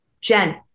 Jen